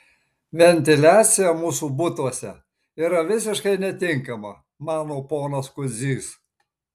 ventiliacija mūsų butuose yra visiškai netinkama mano ponas kudzys